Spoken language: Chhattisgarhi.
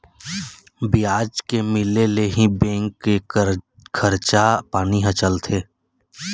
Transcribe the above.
बियाज के मिले ले ही बेंक के खरचा पानी ह चलथे